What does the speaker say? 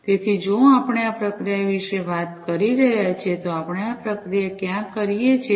તેથી જો આપણે આ પ્રક્રિયા વિશે વાત કરી રહ્યા છીએ તો આપણે આ પ્રક્રિયા ક્યાં કરીએ છીએ